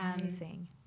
Amazing